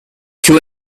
two